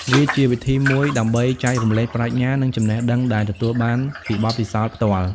វាជាវិធីមួយដើម្បីចែករំលែកប្រាជ្ញា និងចំណេះដឹងដែលទទួលបានពីបទពិសោធន៍ផ្ទាល់។